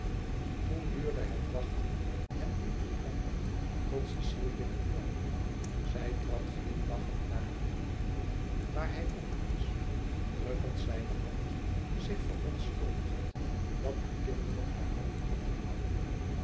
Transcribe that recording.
toen duurde het wachten hem niet meer lang tot cecile binnenkwam zij trad glimlachend naar hem toe waar hij oprees drukkend zijne hand zich verontschuldigend dat de kinderen haar hadden opgehouden